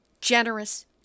generous